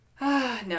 No